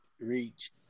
reach